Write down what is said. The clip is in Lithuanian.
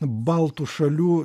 baltų šalių